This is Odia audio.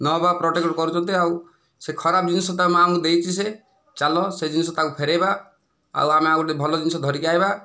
ନ ହେବା କରୁଛନ୍ତି ଆଉ ସେ ଖରାପ ଜିନିଷ ତ ଆମକୁ ଦେଇଛି ସେ ଚାଲ ସେ ଜିନିଷ ତାକୁ ଫେରାଇବା ଆଉ ଆମେ ଆଉ ଗୋଟେ ଭଲ ଜିନିଷ ଧରିକି ଆସିବା